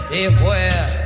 Beware